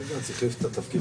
בג"ץ החליף את התפקיד.